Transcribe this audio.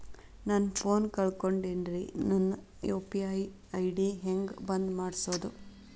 ನನ್ನ ಫೋನ್ ಕಳಕೊಂಡೆನ್ರೇ ನನ್ ಯು.ಪಿ.ಐ ಐ.ಡಿ ಹೆಂಗ್ ಬಂದ್ ಮಾಡ್ಸೋದು?